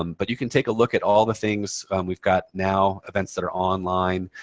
um but you can take a look at all the things we've got now. events that are online.